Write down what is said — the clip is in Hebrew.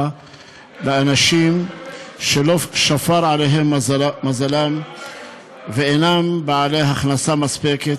לאנשים שלא שפר עליהם מזלם ואינם בעלי הכנסה מספקת.